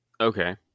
okay